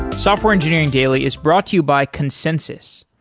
software engineering daily is brought to you by consensys.